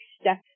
step